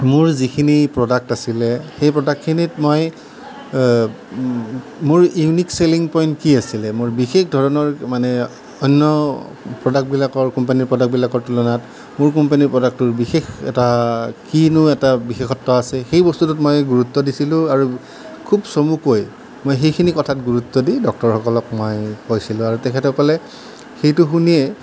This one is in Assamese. মোৰ যিখিনি প্ৰডাক্ট আছিলে সেই প্ৰডাক্টখিনিত মই মোৰ ইউনিক চেলিং পইণ্ট কি আছিলে মোৰ বিশেষ ধৰণৰ মানে অন্য প্ৰডাক্টবিলাকৰ কোম্পানীৰ প্ৰডাক্টবিলাকৰ তুলনাত মোৰ কোম্পেনীৰ প্ৰডাক্টটোৰ বিশেষ এটা কিনো এটা বিশেষত্ব আছে সেই বস্তুটোত মই গুৰুত্ব দিছিলোঁ আৰু খুব চমুকৈ মই সেইখিনি কথাত গুৰুত্ব দি ডক্তৰসকলক মই কৈছিলোঁ আৰু তেখেতসকলে সেইটো শুনিয়েই